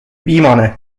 viimane